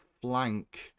flank